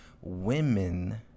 women